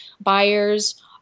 buyers